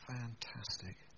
Fantastic